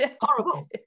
horrible